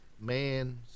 man